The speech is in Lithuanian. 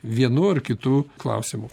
vienu ar kitu klausimu